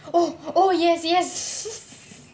oh oh yes yes